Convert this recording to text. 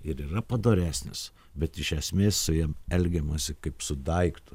ir yra padoresnis bet iš esmės su ja elgiamasi kaip su daiktu